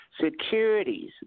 Securities